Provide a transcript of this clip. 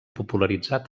popularitzat